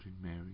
Mary